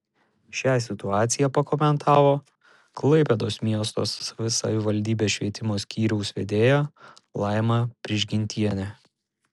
šią situaciją pakomentavo klaipėdos miesto savivaldybės švietimo skyriaus vedėja laima prižgintienė